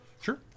Sure